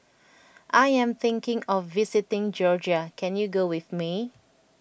I am thinking of visiting Georgia can you go with me